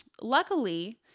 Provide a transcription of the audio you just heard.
luckily